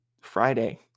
Friday